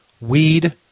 weed